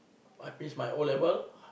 I finish my O-level